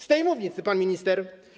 Z tej mównicy pan minister.